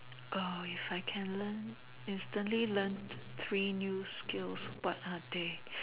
oh if I can learn instantly learn three new skills what are they